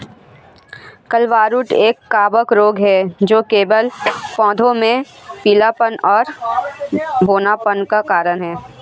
clubroot एक कवक रोग है जो केवल पौधों में पीलापन और बौनापन का कारण है